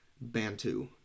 Bantu